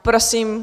Prosím.